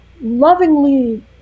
lovingly